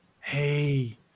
hey